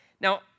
Now